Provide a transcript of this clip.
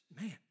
Man